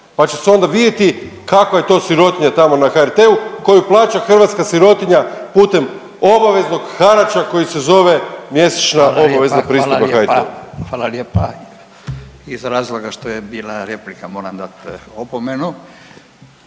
Pa će se onda vidjeti kakva je to sirotinja tamo na HRT-u koju plaća hrvatska sirotinja putem obaveznog harača koji se zove mjesečna obavezna …/Upadica: Hvala lijepa, hvala lijepa./… pristojba HRT-u. **Radin,